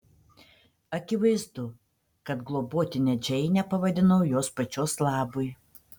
akivaizdu kad globotine džeinę pavadinau jos pačios labui